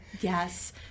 Yes